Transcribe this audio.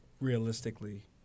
realistically